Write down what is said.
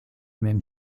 même